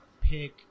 pick